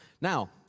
Now